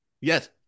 Yes